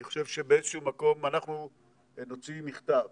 אני חושב שבאיזה שהוא מקום אנחנו נוציא מכתב